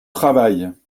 travail